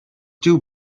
two